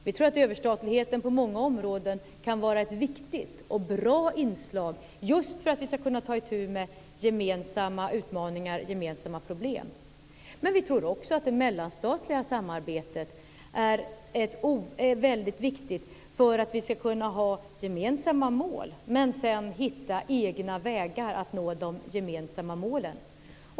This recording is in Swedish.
Vi tror att överstatligheten på många områden kan vara ett viktigt och bra inslag just för att vi ska kunna ta itu med gemensamma utmaningar och gemensamma problem. Men vi tror också att det mellanstatliga samarbetet är väldigt viktigt för att vi ska kunna ha gemensamma mål men sedan hitta egna vägar att nå de gemensamma målen.